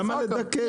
למה לדכא את העסק?